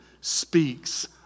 speaks